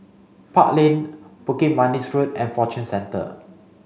Park Lane Bukit Manis Road and Fortune Centre